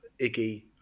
iggy